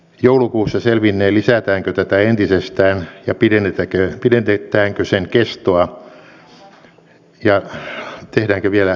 joulukuussa selvinnee lisätäänkö tätä entisestään ja pidennetäänkö sen kestoa ja tehdäänkö vielä uusia muotoja tähän rahoitukseen